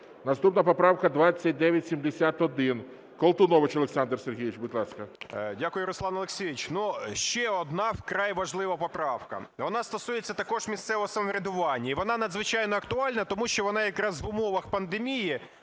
Наступна поправка 2971. Колтунович Олександр Сергійович, будь ласка. 11:52:43 КОЛТУНОВИЧ О.С. Дякую, Руслане Олексійовичу. Ще одна вкрай важлива поправка, вона стосується також місцевого самоврядування і вона надзвичайно актуальна, тому що вона якраз в умовах пандемії